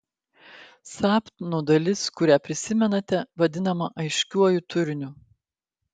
sapno dalis kurią prisimenate vadinama aiškiuoju turiniu